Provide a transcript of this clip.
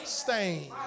stain